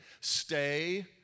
Stay